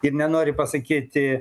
ir nenori pasakyti